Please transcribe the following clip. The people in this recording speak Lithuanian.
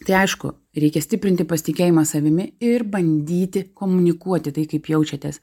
tai aišku reikia stiprinti pasitikėjimą savimi ir bandyti komunikuoti tai kaip jaučiatės